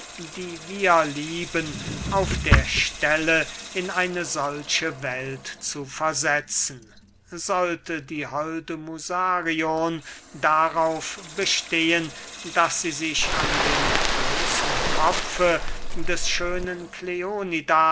die wir lieben auf der stelle in eine solche welt zu versetzen sollte die holde musarion darauf bestehen daß sie sich an dem bloßen kopfe des schönen